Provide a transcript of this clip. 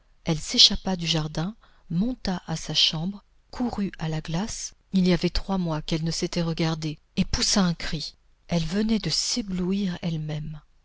elle s'échappa du jardin monta à sa chambre courut à la glace il y avait trois mois qu'elle ne s'était regardée et poussa un cri elle venait de s'éblouir elle-même